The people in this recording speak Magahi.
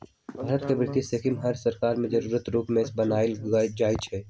भारत के वित्तीय स्कीम हर सरकार में जरूरी रूप से बनाएल जाई छई